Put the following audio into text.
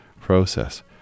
process